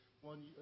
one